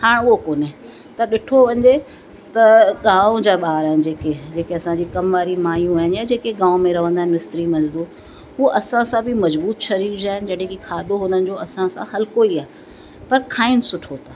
हाणे उहो कोन्हे त ॾिठो वञे त गांव जा ॿार जेके जेके असांजे कमु वारी मायूं आहिनि या जेके गांव में रहंदा आहिनि मिस्त्री मज़दूर उहा असां सां बि मज़बूत शरीर जा आहिनि जॾहिं की खाधो हुननि जो असां सां हल्को ई आहे पर खाइणु सुठो था